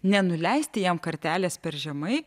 nenuleisti jam kartelės per žemai